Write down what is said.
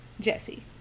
Jesse